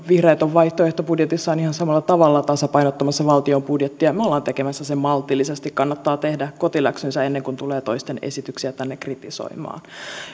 vihreät on vaihtoehtobudjetissaan ihan samalla tavalla tasapainottamassa valtion budjettia me olemme tekemässä sen maltillisesti kannattaa tehdä kotiläksynsä ennen kuin tulee toisten esityksiä tänne kritisoimaan